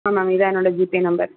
ஆமாங்க இதுதான் என்னோடய ஜிபே நம்பர்